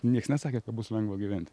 nieks nesakė kad bus lengva gyvent